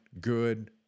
good